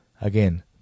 again